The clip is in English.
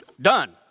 done